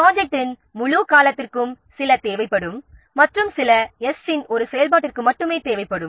ப்ரொஜெக்டின் முழு காலத்திற்கும் சில தேவைப்படும் மற்றும் சில 's' இன் ஒரு செயல்பாட்டிற்கு மட்டுமே தேவைப்படும்